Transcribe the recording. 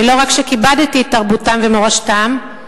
ולא רק שכיבדתי את תרבותם ומורשתם,